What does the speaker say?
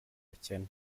bukene